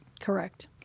Correct